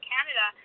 Canada